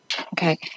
Okay